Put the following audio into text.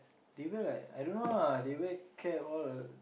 they wear like I don't know lah they wear cap all